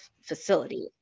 facility